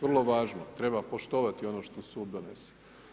Vrlo važno, treba poštovani ono što sud donese.